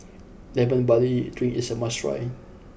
Lemon Barley drink is a must try